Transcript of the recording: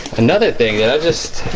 another thing that i just